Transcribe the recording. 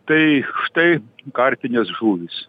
tai štai karpinės žuvys